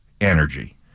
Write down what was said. energy